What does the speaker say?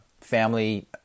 family